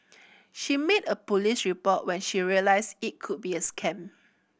she made a police report when she realised it could be a scam